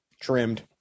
trimmed